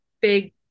big